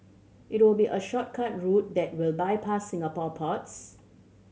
it will be a shortcut route that will bypass Singapore ports